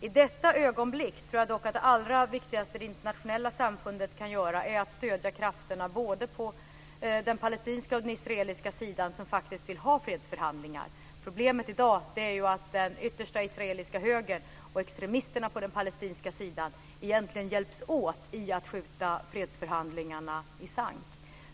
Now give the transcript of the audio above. I detta ögonblick tror jag dock att det allra viktigaste som det internationella samfundet kan göra är att stödja de krafter både på den palestinska och på den israeliska sidan som faktiskt vill ha fredsförhandlingar. Problemet i dag är att den yttersta israeliska högern och extremisterna på den palestinska sidan egentligen hjälps åt med att skjuta fredsförhandlingarna i sank.